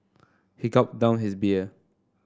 he gulped down his beer